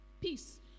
Peace